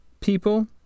people